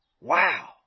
Wow